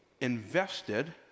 invested